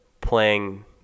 playing